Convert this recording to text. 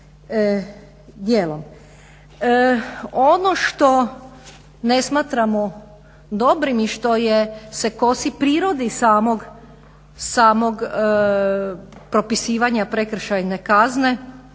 Ono što ne smatramo dobrim i što se kosi prirodi samog propisivanja prekršajne kazne